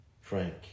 Frank